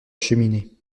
cheminée